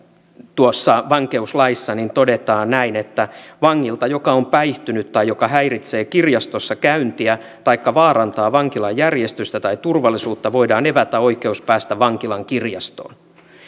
tuossa vankeuslaissa todetaan näin että vangilta joka on päihtynyt tai joka häiritsee kirjastossa käyntiä taikka vaarantaa vankilan järjestystä tai turvallisuutta voidaan evätä oikeus päästä vankilan kirjastoon